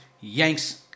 yanks